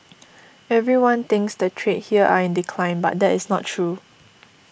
everyone thinks the trade here are in decline but that is not true